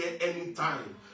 anytime